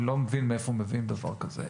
אני לא מבין מאיפה מביאים דבר כזה,